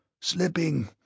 Slipping